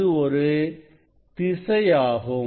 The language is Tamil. அது ஒரு திசையாகும்